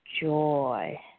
joy